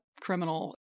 criminal